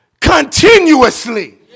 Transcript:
continuously